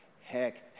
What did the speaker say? heck